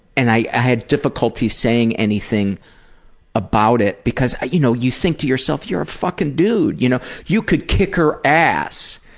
and i had difficulty saying anything about it because you know you think to yourself you are a fucking dude. you know, you can kick her ass.